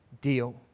deal